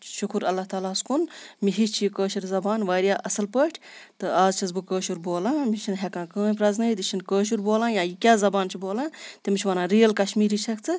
شُکُر اللہ تعلیٰ ہَس کُن مےٚ ہیٚچھ یہِ کٲشِر زبان واریاہ اَصٕل پٲٹھۍ تہٕ اَز چھَس بہٕ کٲشُر بولان مےٚ چھنہٕ ہٮ۪کان کٕہٕنۍ پرٛزنٲیِتھ یہِ چھِنہٕ کٲشُر بولان یا یہِ کیا زبان چھِ بولان تِم چھِ وَنان رِیَل کَشمیٖری چھَکھ ژٕ